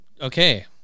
Okay